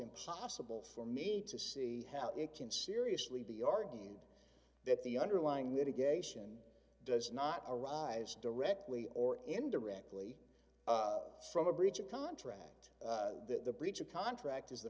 impossible for me to see how it can seriously be argued that the underlying litigation does not arise directly or indirectly from a breach of contract that the breach of contract is the